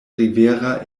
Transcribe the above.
rivera